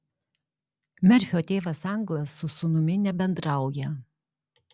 merfio tėvas anglas su sūnumi nebendrauja